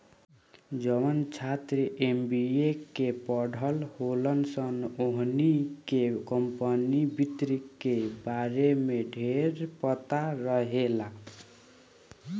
जवन छात्र सभ एम.बी.ए के पढ़ल होलन सन ओहनी के कम्पनी वित्त के बारे में ढेरपता रहेला